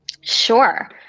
Sure